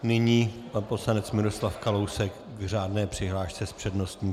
Nyní pan poslanec Miroslav Kalousek k řádné přihlášce s přednostním právem.